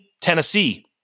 Tennessee